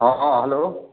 हँ हेलो